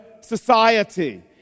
society